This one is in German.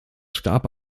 starb